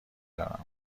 دارم